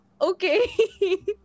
Okay